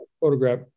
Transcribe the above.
photograph